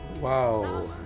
Wow